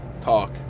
talk